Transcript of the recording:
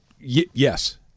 Yes